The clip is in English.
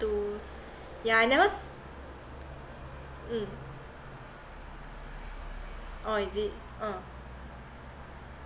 to yeah I never mm oh is it oh